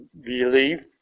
belief